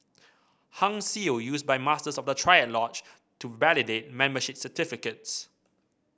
Hung Seal used by Masters of the triad lodge to validate membership certificates